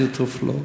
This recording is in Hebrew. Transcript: איזה תרופות לא.